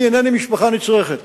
אני אינני משפחה נצרכת